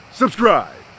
subscribe